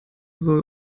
soll